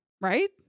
Right